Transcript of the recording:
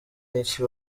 niki